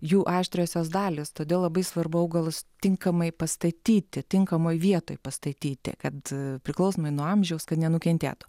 jų aštriosios dalys todėl labai svarbu augalus tinkamai pastatyti tinkamoj vietoj pastatyti kad priklausomai nuo amžiaus kad nenukentėtų